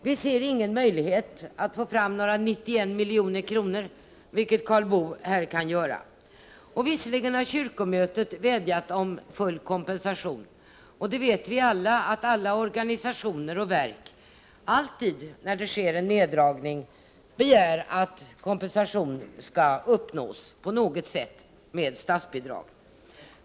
Vi ser ingen möjlighet att få fram dessa 91 milj.kr., något som däremot Karl Boo tydligen gör. Visserligen har kyrkomötet vädjat om full kompensation, men vi vet alla att när det sker en neddragning begär alla organisationer och verk att kompensation skall uppnås på något sätt, med statsbidrag.